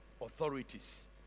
authorities